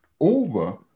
over